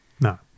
No